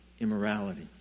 immorality